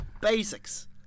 Basics